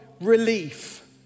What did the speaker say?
relief